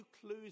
clues